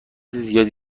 زیادی